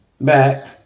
back